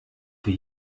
für